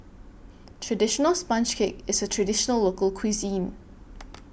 Traditional Sponge Cake IS A Traditional Local Cuisine